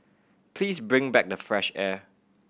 please bring back the fresh air